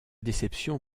déception